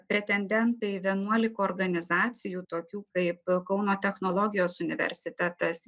pretendentai į vienuolika organizacijų tokių kaip kauno technologijos universitetas